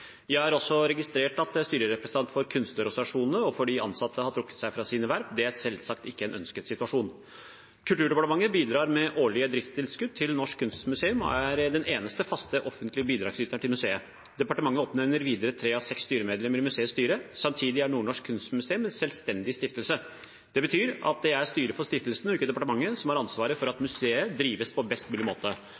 Jeg har også registrert at styrerepresentanten for kunstnerorganisasjonene og de ansatte har trukket seg fra sine verv. Det er selvsagt ikke en ønsket situasjon. Kulturdepartementet bidrar med årlige driftstilskudd til Nordnorsk Kunstmuseum og er den eneste faste, offentlige bidragsyteren til museet. Departementet oppnevner videre tre av seks styremedlemmer i museets styre. Samtidig er Nordnorsk Kunstmuseum en selvstendig stiftelse. Det betyr at det er styret for stiftelsen, og ikke departementet, som har ansvaret for at museet drives på beste måte.